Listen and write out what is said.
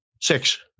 Six